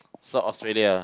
South Australia